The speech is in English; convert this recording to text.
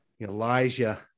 Elijah